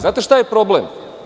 Znate šta je problem?